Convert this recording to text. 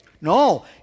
No